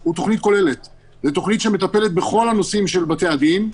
הוא תוכנית כוללת שמטפלת בכל הנושאים של בתי הדין,